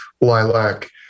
lilac